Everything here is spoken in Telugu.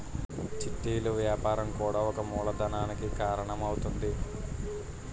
చిట్టీలు వ్యాపారం కూడా ఒక మూలధనానికి కారణం అవుతుంది